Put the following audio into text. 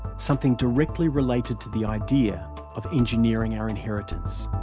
something directly related to the idea of engineering our inheritance.